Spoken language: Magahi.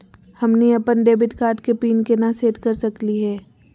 हमनी अपन डेबिट कार्ड के पीन केना सेट कर सकली हे?